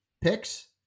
picks